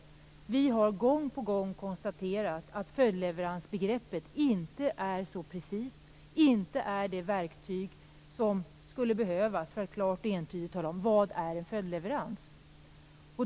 De av oss som arbetar med de här frågorna har gång på gång konstaterat att följdleveransbegreppet inte är så precist och inte är det verktyg som skulle behövas för att klart och entydigt tala om vad en följdleverans är.